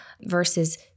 versus